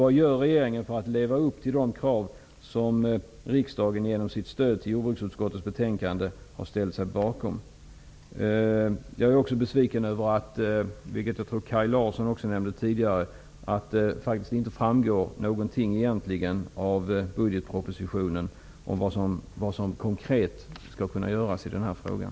Vad gör regeringen för att leva upp till de krav som riksdagen genom sitt stöd till jordbruksutskottets betänkande har ställt sig bakom? Jag är också besviken över att det egentligen inte framgår någonting av budgetpropositionen om vad som konkret skall göras i den här frågan.